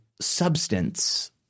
substance